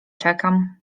czekam